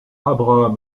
abraham